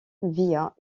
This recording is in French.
via